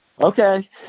okay